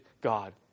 God